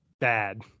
bad